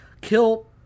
Kill